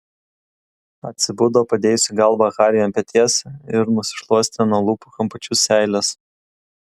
atsibudo padėjusi galvą hariui ant peties ir nusišluostė nuo lūpų kampučių seiles